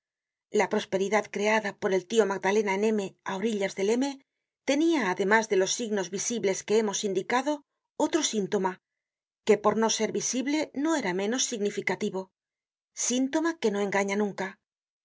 la prosperidad creada por el tio magdalena en m á orillas del m tenia además de los signos visibles que hemos indicado otro síntoma que por no ser visible no era menos significativo síntoma que no engaña nunca cuando la